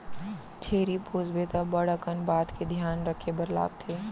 छेरी पोसबे त बड़ अकन बात के धियान रखे बर लागथे